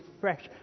fresh